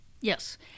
yes